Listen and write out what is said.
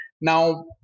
Now